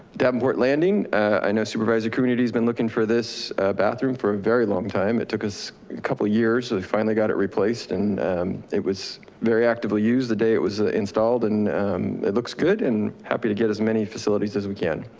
davenport landing i know supervisor coonerty's been looking for this bathroom for a very long time. it took us a couple years, so we finally got it replaced and it was very actively used, the day it was installed and it looks good and happy to get as many facilities as we can,